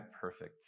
perfect